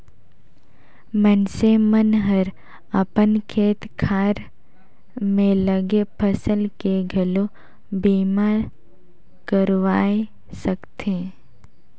मइनसे मन हर अपन खेत खार में लगे फसल के घलो बीमा करवाये सकथे